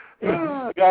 Guys